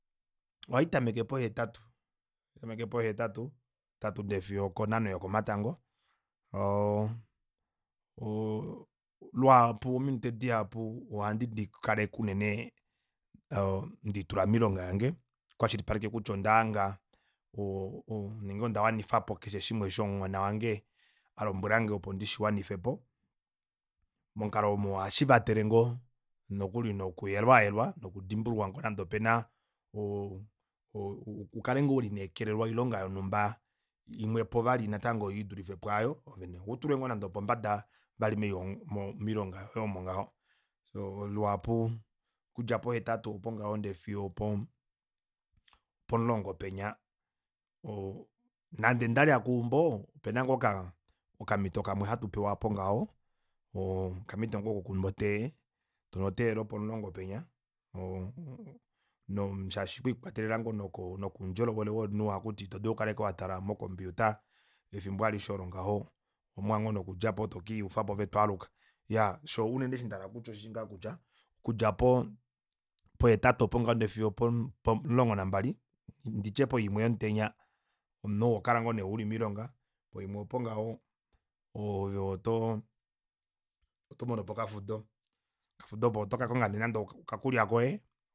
Ohaitameke pohetatu haitameke po hetatu ndee fiyo okonhano yokomatango oo luhapu ominute dihapu ohandi dikaleke unene ndiitula moilonga yange noku kwashilipaleka kutya ondahanga nenge onda wanifapo keshe shimwe shomuhona wange alombwelange opo ndishiwanifepo momukalo oomo ohashivatele nokuli noku yelwayelwa noku dimbululwa ngoo nande okuli opena oo oo ukale ngoo welineekelelwa oilonga yonhumba imwepo vali natango idulife pwaayo ovenee utulwe ngoo nande opombada moilonga yoye omo ngaho luhapu okudja pohetatu opo ngaho ndee fiyo opomulongo penya oo nande ndalya keumbo opena ngoo oka okamito kamwe hatu pewa opo ngaho okamito ngoo kokunwa otee tonu otee lwopo mulongo oo no shashi okwii kwatelela ngoo noko udjolowele womunhu ohakutiwa ito dulu okula ashike watala mo computer efimbo alishe olo ngaho owapumbwa ngoo nokudjapo ove tokiiyufapo ove twaaluka iyaa shoo unene osho ndahala okupopya unene oshosho kutya okudja pohetatu opomulongo nambali nditye poimwe yomutenya omunhu ohokala ngoo nee uli moilonga poimwe opo ngaho ove oto oro monopo okafudo okafudo opo oto kakonga nee nande okakulya koye